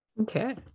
Okay